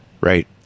right